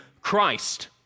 Christ